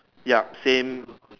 yup same